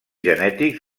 genètics